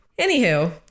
Anywho